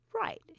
right